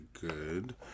good